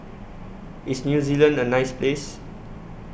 IS New Zealand A nice Place